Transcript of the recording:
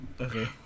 Okay